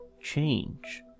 change